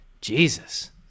Jesus